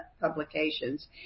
publications